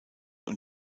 und